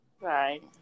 Right